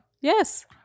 Yes